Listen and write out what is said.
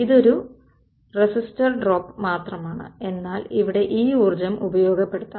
ഇത് ഒരു resistor drop മാത്രമാണ് എന്നാൽ ഇവിടെ ഈ ഊർജ്ജം ഉപയോഗപ്പെടുത്താം